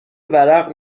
ورق